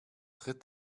très